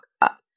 up